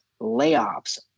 layoffs